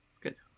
Good